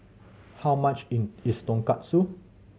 how much in is Tonkatsu